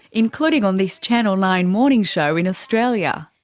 including on this channel nine morning show in australia.